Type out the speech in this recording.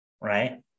right